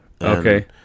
Okay